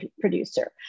producer